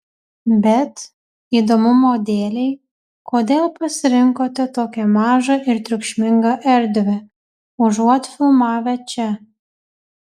bet įdomumo dėlei kodėl pasirinkote tokią mažą ir triukšmingą erdvę užuot filmavę čia